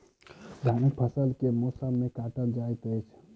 धानक फसल केँ मौसम मे काटल जाइत अछि?